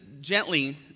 gently